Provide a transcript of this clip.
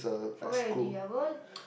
forget already I go